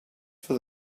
for